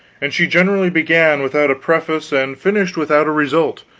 and she generally began without a preface and finished without a result.